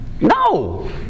No